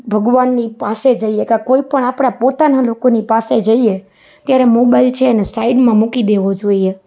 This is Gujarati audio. ભગવાનની પાસે જઈએ કાં કોઈ પણ આપણા પોતાના લોકોની પાસે જઈએ ત્યારે મોબાઈલ છે એને સાઈડમાં મૂકી દેવો જોઈએ